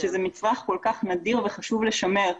שזה מצרך כל כך נדיר וחשוב לשמר.